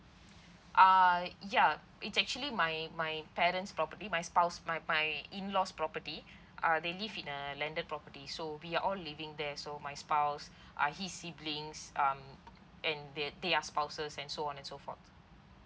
uh ya it's actually my my parents probably my spouse my my in laws property uh they live in a landed property so we are all living there so my spouse ah his siblings um and they their spouses and so on and so forth